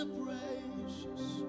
precious